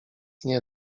nie